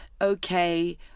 okay